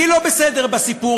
מי לא בסדר בסיפור?